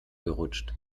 gerutscht